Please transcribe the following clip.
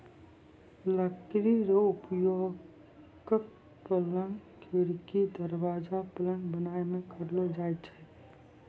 लकड़ी रो उपयोगक, पलंग, खिड़की, दरबाजा, पलंग बनाय मे करलो जाय छै